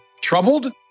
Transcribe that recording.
troubled